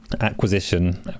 acquisition